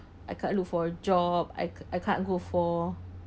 I can't look for a job I I can't go for